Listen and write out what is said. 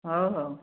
ହଉ ହଉ